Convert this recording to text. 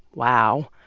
wow.